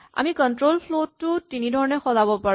আমি control flow টো তিনিধৰণে সলাব পাৰো